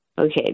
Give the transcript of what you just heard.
Okay